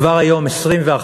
כבר היום 21%,